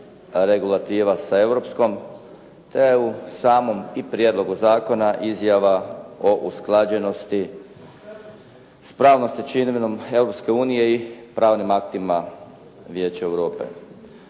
regulativa sa europskom, te u samom i prijedlogu zakona izjava o usklađenosti s pravnom stečevinom Europske unije i pravnim aktima Vijeća Europe.